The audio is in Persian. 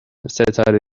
ستاره